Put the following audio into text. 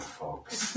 folks